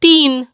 तीन